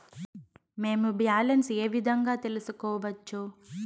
మేము బ్యాలెన్స్ ఏ విధంగా తెలుసుకోవచ్చు?